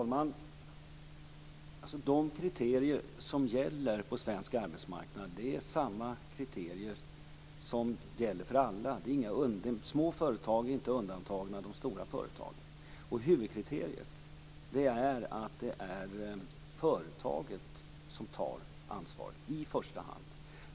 Fru talman! De kriterier som gäller på svensk arbetsmarknad är samma för alla. De små företagen är inte undantagna. Huvudkriteriet är att det är företaget som i första hand tar ansvaret.